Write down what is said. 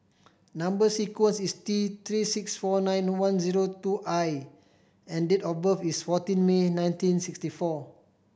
number sequence is T Three six four nine one zero two I and date of birth is fourteen May nineteen sixty four